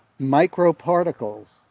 microparticles